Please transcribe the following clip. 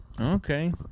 Okay